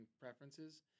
preferences